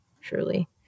truly